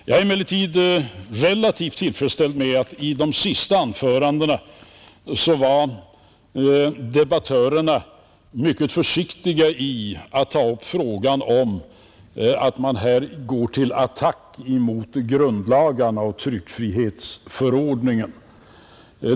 Jag är emellertid relativt tillfredsställd med att i de sista anförandena var debattörerna mycket försiktiga med att ta upp frågan om att man här går till attack emot grundlagarna och tryckfrihetsförordningen.